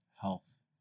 health